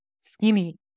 skinny